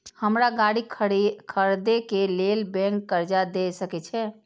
हमरा गाड़ी खरदे के लेल बैंक कर्जा देय सके छे?